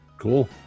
cool